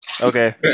Okay